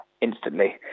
instantly